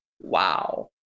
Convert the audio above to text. wow